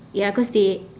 ya cause they